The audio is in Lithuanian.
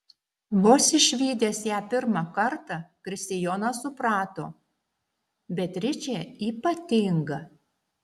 vos išvydęs ją pirmą kartą kristijonas suprato beatričė ypatinga